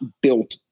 built